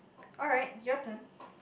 alright your turn